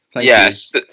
Yes